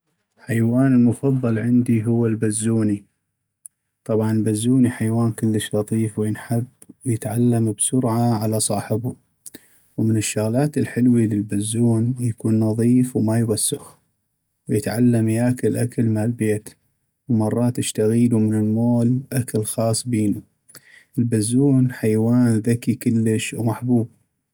حيوان المفضل عندي هو البزوني ، طبعا البزوني حيوان كلش لطيف وينحب ، ويتعلم بسرعة على صاحبو ، ومن الشغلات الحلوي للبزون يكون نظيف ومايوسخ ، ويتعلم يأكل اكل مال بيت ، ومرات اشتغيلو من المول اكل خاص بينو ، البزون حيوان ذكي كلش ومحبوب.